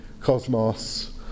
cosmos